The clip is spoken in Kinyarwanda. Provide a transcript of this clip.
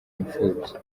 imfubyi